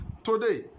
today